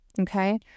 Okay